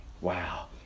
Wow